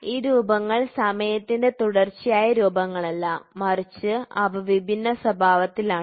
ഈ രൂപങ്ങൾ സമയത്തിന്റെ തുടർച്ചയായ രൂപങ്ങളല്ല മറിച്ച് അവ വിഭിന്ന സ്വഭാവത്തിലാണ്